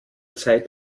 zeit